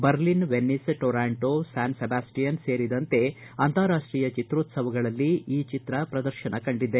Berlin Venice Toronto San Sebastian ಸೇರಿದಂತೆ ಅಂತಾರಾಷ್ಟೀಯ ಚಿತ್ರೋತ್ಸವಗಳಲ್ಲಿ ಈ ಚಿತ್ರ ಪ್ರದರ್ಶನ ಕಂಡಿದೆ